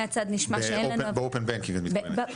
ב-open banking את מתכוונת,